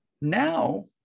Now